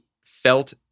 felt